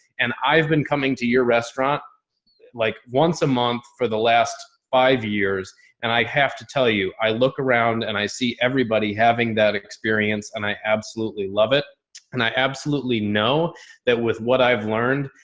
and i've been coming to your restaurant like once a month for the last five years and i have to tell you, i look around and i see everybody having that experience and i absolutely love it and i absolutely know that with what i've learned,